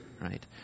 right